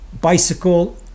bicycle